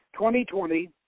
2020